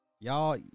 y'all